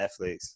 Netflix